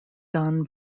done